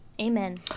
Amen